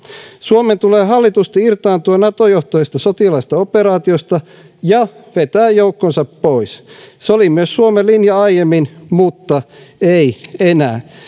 suomen tulee hallitusti irtaantua nato johtoisesta sotilaallisesta operaatiosta ja vetää joukkonsa pois se oli myös suomen linja aiemmin mutta ei enää